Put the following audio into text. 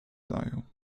dają